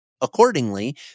accordingly